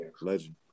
legend